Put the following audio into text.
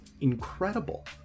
incredible